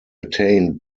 attained